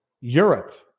Europe